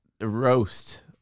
roast